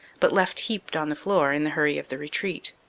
but left heaped on the floor, in the hurry of the retreat.